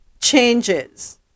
changes